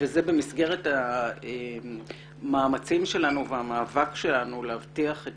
וזה במסגרת המאמצים שלנו והמאבק שלנו להבטיח את